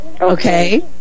Okay